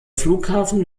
flughafen